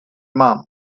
mum